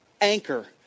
anchor